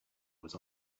was